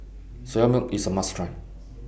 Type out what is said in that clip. Soya Milk IS A must Try